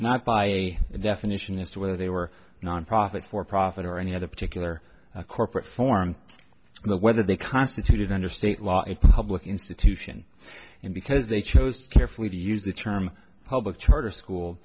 not by definition as to whether they were nonprofit for profit or any other particular corporate form whether they constituted under state law a public institution and because they chose carefully to use the term public charter school